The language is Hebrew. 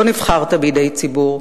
לא נבחרת בידי ציבור,